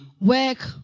work